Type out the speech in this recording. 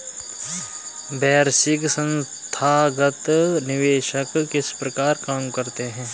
वैश्विक संथागत निवेशक किस प्रकार काम करते हैं?